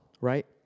right